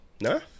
No